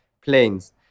planes